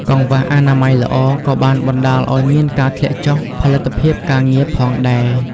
កង្វះអនាម័យល្អក៏បានបណ្តាលឱ្យមានការធ្លាក់ចុះផលិតភាពការងារផងដែរ។